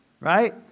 right